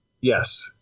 yes